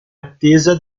attesa